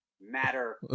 matter